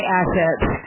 assets